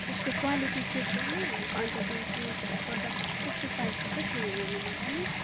त्यसको quality check गर्नु अन्त त्यो त्यसको प्रोडक्ट कस्तो टाइपको छ त्यो हेर्नु मज्जाले